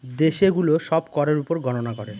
দেশে গুলো সব করের উপর গননা করে